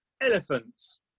elephants